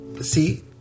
See